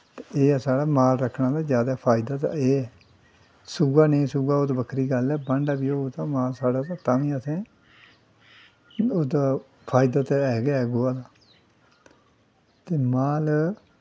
एह् ऐ साढ़ा माल रक्खने दा जैदा फैदा ते एह् ऐ सूऐ नेईं सूऐ ओह् गल्ल बक्खरी बांडा होऐ माल साढ़ा तां बी असें ओह्दा फदै ते है गै है गोआ ते माल